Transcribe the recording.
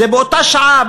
זה באותה שעה,